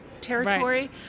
territory